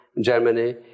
Germany